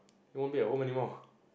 you won't be at home anymore